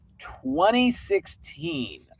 2016